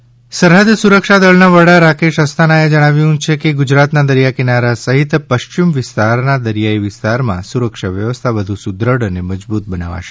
નો કચ્છ પ્રવાસ સરહદ સુરક્ષા દળના વડા રાકેશ આસ્થાના એ જણાવ્યુ છે કે ગુજરાતના દરિયા કિનારા સહિત પશ્ચિમ વિસ્તારના દરિયાઈ વિસ્તારમાં સુરક્ષા વ્યવસ્થા વધુ સુદ્રદ અને મજબૂત બનવાશે